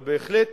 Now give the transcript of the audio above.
אבל בהחלט